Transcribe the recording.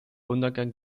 untergang